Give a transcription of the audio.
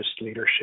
Leadership